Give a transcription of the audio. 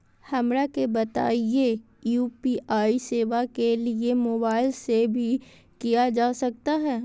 हमरा के बताइए यू.पी.आई सेवा के लिए मोबाइल से भी किया जा सकता है?